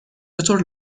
چطور